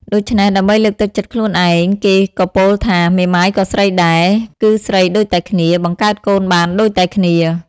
ដូច្នេះ ដើម្បីលើកទឹកចិត្តខ្លួនឯង គេក៏ពោលថា មេម៉ាយក៏ស្រីដែរ គឺស្រីដូចតែគ្នា បង្កើតកូនបានដូចតែគ្នា ។